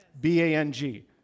B-A-N-G